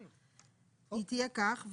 היא תהיה כך,